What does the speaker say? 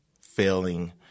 failing